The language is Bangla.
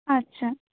আচ্ছা